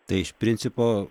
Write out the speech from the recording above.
tai iš principo